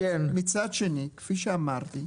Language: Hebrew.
כפי שאמרתי,